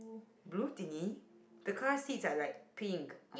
blue thinggy the car seats are like pink